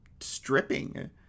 stripping